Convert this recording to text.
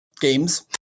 Games